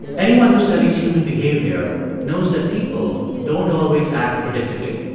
anyone who studies human behavior knows that people don't always act predictably.